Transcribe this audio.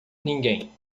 ninguém